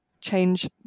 change